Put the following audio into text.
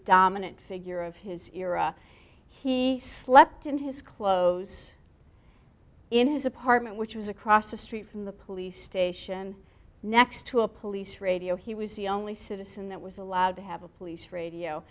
dominant figure of his era he slept in his clothes in his apartment which was across the street from the police station next to a police radio he was the only citizen that was allowed to have a police radio